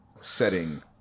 setting